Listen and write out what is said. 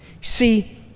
See